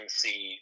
see